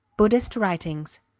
buddhist writings.